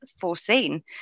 foreseen